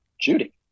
judy